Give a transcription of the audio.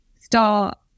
start